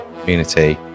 community